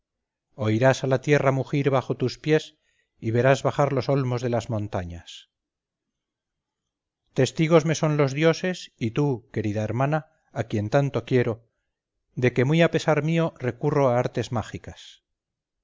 noche oirás a la tierra mugir bajo sus pies y verás bajar los olmos de las montañas testigos me son los dioses y tú querida hermana a quien tanto quiero de que muy a pesar mío recurro a artes mágicas